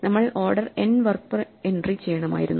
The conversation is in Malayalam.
നമ്മൾ order N work per entry ചെയ്യണമായിരുന്നു